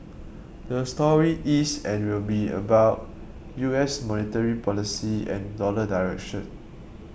the story is and will be about U S monetary policy and dollar direction